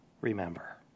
remember